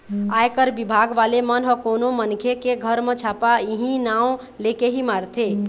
आयकर बिभाग वाले मन ह कोनो मनखे के घर म छापा इहीं नांव लेके ही मारथे